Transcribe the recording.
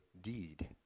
deed